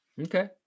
Okay